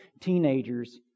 teenagers